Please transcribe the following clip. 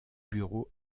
bureau